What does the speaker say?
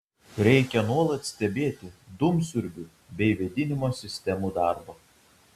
reikia nuolat stebėti dūmsiurbių bei vėdinimo sistemų darbą